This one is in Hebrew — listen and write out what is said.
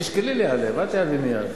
תשקלי להיעלב, אל תיעלבי מייד.